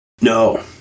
No